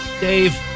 Dave